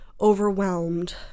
overwhelmed